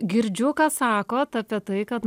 girdžiu ką sakot apie tai kad